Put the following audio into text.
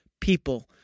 people